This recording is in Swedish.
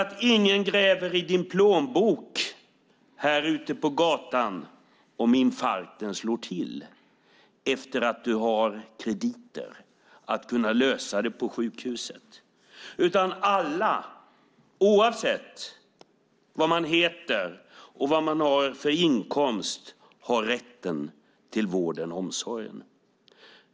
Om infarkten slår till ute på gatan gräver ingen i din plånbok efter krediter för att kunna lösa det på sjukhuset, utan alla, oavsett vad man heter och vad man har för inkomst, har rätten till vården och omsorgen.